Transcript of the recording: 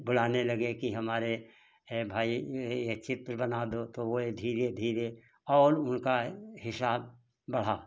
बुलाने लगे कि हमारे भाई यह चित्र बना दो तो वह धीरे धीरे और उनका हिसाब बढ़ा